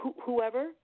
whoever